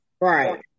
Right